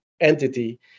entity